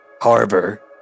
harbor